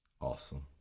Awesome